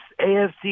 AFC